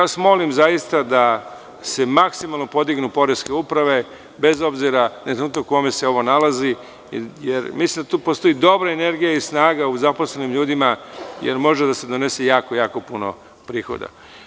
Molim vas da se maksimalno podignu poreske uprave, bez obzira na trenutak u kome se ovo nalazi, jer mislim da tu postoji dobra energija i snaga u zaposlenim ljudima, jer može da se donese jako puno prihoda.